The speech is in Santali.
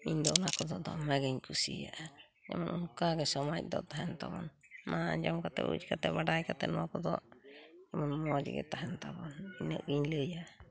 ᱤᱧᱫᱚ ᱚᱱᱟ ᱠᱚᱫᱚ ᱫᱚᱢᱮᱜᱮᱧ ᱠᱩᱥᱤᱭᱟᱜᱼᱟ ᱡᱮᱢᱚᱱ ᱚᱱᱠᱟᱜᱮ ᱥᱚᱢᱟᱡᱽ ᱫᱚ ᱛᱟᱦᱮᱱ ᱛᱟᱵᱚᱱ ᱢᱟ ᱟᱸᱡᱚᱢ ᱠᱟᱛᱮᱫ ᱵᱩᱡᱽ ᱠᱟᱛᱮᱫ ᱵᱟᱰᱟᱭ ᱠᱟᱛᱮᱫ ᱱᱚᱣᱟ ᱠᱚᱫᱚ ᱡᱮᱢᱚᱱ ᱢᱚᱸᱡᱽᱜᱮ ᱛᱟᱦᱮᱱ ᱛᱟᱵᱚᱱ ᱤᱱᱟᱹᱜ ᱜᱤᱧ ᱞᱟᱹᱭᱟ